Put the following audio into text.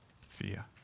fear